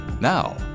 Now